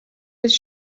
his